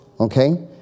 okay